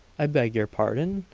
i beg your pardon?